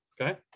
okay